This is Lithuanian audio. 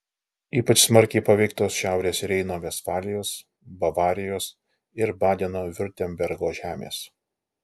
ypač smarkiai paveiktos šiaurės reino vestfalijos bavarijos ir badeno viurtembergo žemės